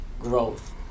growth